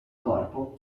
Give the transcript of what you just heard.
corpo